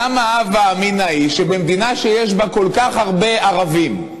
למה ההווה אמינא שבמדינה שיש בה כל כך הרבה ערבים,